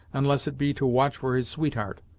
unless it be to watch for his sweetheart!